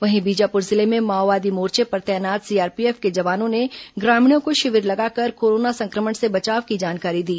वहीं बीजापुर जिले में माओवादी मोर्चे पर तैनात सीआरपीएफ के जवानों ने ग्रामीणों को शिविर लगाकर कोरोना संक्रमण से बचाव की जानकारी दी